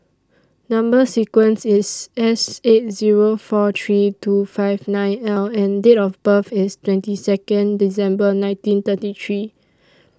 Number sequence IS S eight Zero four three two five nine L and Date of birth IS twenty Second December nineteen thirty three